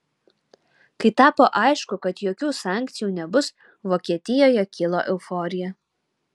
kai tapo aišku kad jokių sankcijų nebus vokietijoje kilo euforija